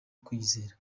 kwiyizera